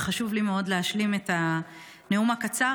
וחשוב לי מאוד להשלים את הנאום הקצר